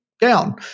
down